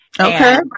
Okay